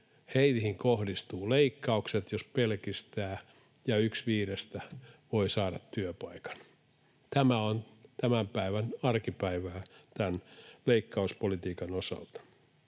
kohdistuvat, jos pelkistää, ja yksi viidestä voi saada työpaikan. Tämä on tämän päivän arkipäivää tämän leikkauspolitiikan osalta,